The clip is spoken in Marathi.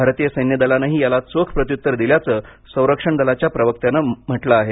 भारतीय सैन्य दलानंही याला चोख प्रत्युत्तर दिल्याचं संरक्षण दलाच्या प्रवक्त्यानं म्हंटलं आहे